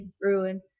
ruin